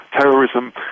Terrorism